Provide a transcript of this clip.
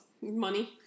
Money